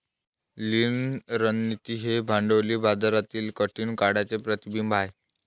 लीन रणनीती ही भांडवली बाजारातील कठीण काळाचे प्रतिबिंब आहे